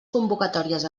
convocatòries